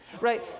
Right